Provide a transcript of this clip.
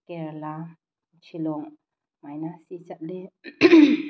ꯀꯦꯔꯂꯥ ꯁꯤꯂꯣꯡ ꯁꯨꯃꯥꯏꯅ ꯁꯤ ꯆꯠꯂꯤ